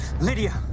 Lydia